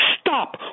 Stop